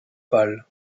pâle